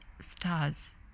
Stars